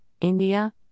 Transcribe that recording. India